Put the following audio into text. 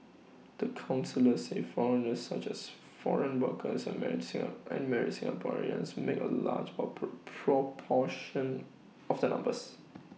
the counsellors say foreigners such as foreign workers and married and married Singaporeans make A large proportion of the numbers